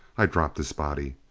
i dropped his body.